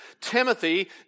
Timothy